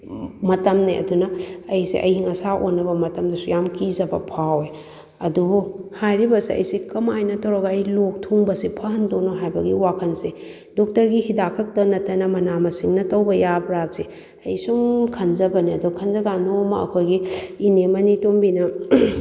ꯃꯇꯝꯅꯦ ꯑꯗꯨꯅ ꯑꯩꯁꯦ ꯑꯏꯪ ꯑꯁꯥ ꯑꯣꯟꯅꯕ ꯃꯇꯝꯗꯁꯨ ꯌꯥꯝ ꯀꯤꯖꯕ ꯐꯥꯎꯑꯦ ꯑꯗꯨꯕꯨ ꯍꯥꯏꯔꯤꯕ ꯑꯁꯦ ꯑꯩꯁꯦ ꯀꯃꯥꯏꯅ ꯇꯧꯔꯒ ꯑꯩ ꯂꯣꯛ ꯊꯨꯡꯕꯁꯤ ꯐꯍꯟꯗꯣꯏꯅꯣ ꯍꯥꯏꯕꯒꯤ ꯋꯥꯈꯟꯁꯦ ꯗꯣꯛꯇꯔꯒꯤ ꯍꯤꯗꯥꯛ ꯈꯛꯇ ꯅꯠꯇꯅ ꯃꯅꯥ ꯃꯁꯤꯡꯅ ꯇꯧꯕ ꯌꯥꯕ꯭꯭ꯔꯥꯁꯦ ꯑꯩ ꯁꯨꯝ ꯈꯟꯖꯕꯅꯦ ꯑꯗꯣ ꯈꯟꯖ ꯀꯥꯟꯗ ꯅꯣꯡꯃ ꯑꯩꯈꯣꯏꯒꯤ ꯏꯅꯦ ꯃꯅꯤꯇꯣꯝꯕꯤꯅ